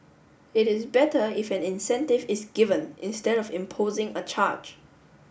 it is better if an incentive is given instead of imposing a charge